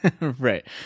Right